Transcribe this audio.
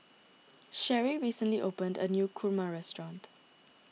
Sheri recently opened a new Kurma restaurant